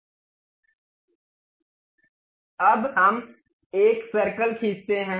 अब हम एक सर्कल खींचते हैं